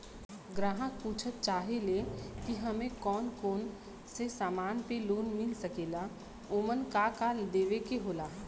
ग्राहक पुछत चाहे ले की हमे कौन कोन से समान पे लोन मील सकेला ओमन का का देवे के होला?